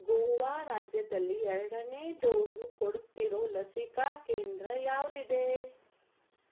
ಗೋವಾ ರಾಜ್ಯದಲ್ಲಿ ಎರಡನೇ ಡೋಸು ಕೊಡ್ತಿರೊ ಲಸಿಕಾ ಕೇಂದ್ರ ಯಾವ್ದಿದೆ